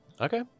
Okay